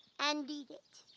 and eat it.